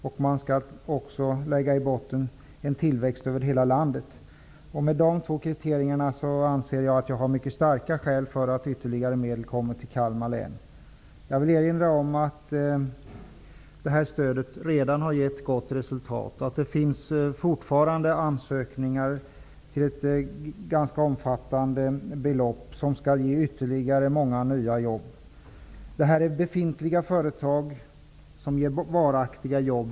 En tillväxt över hela landet kommer också att ligga i botten. Med dessa två kriterier anser jag att jag har mycket starka skäl att tro att ytterligare medel kommer Kalmar län till del. Jag vill erinra om att stödet redan har gett gott resultat. Det finns fortfarande ansökningar motsvarande ett ganska omfattande belopp, som skall ge ytterligare många nya jobb. Det är fråga om befintliga företag, som ger varaktiga jobb.